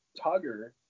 Tugger